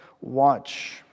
watch